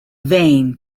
vain